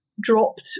dropped